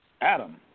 Adam